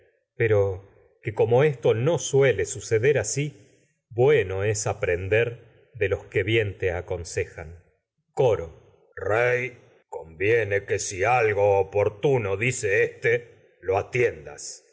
pero que que todo como hombre esto no naciera henchido sabiduría es suele suceder asi bueno aprender de los que bien te aconsejan cono rey conviene lo que si algo oportuno dice éste a atiendas